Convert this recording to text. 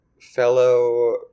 fellow